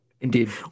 indeed